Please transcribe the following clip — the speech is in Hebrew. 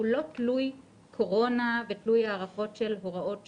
שהוא לא תלוי קורונה ותלוי הארכות של הוראות שעה.